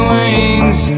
Wings